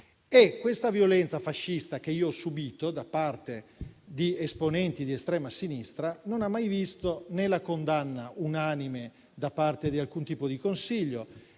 Ebbene, la violenza fascista che ho subito da parte di esponenti di estrema sinistra non ha mai visto né la condanna unanime da parte di alcun tipo di consiglio,